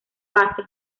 base